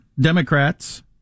Democrats